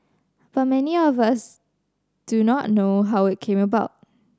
but many of us do not know how it came about